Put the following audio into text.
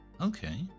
Okay